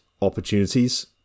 opportunities